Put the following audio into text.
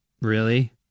Really